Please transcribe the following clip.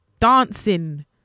dancing